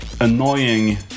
annoying